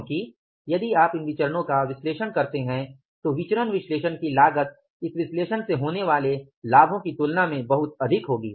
क्योंकि यदि आप इन विचरणों का विश्लेषण करते हैं तो विचरण विश्लेषण की लागत इस विश्लेषण से होने वाले लाभों की तुलना में बहुत अधिक होगी